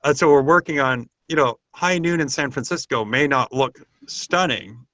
and so we're working on you know high noon in san francisco may not look stunning.